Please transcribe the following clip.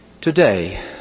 Today